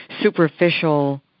superficial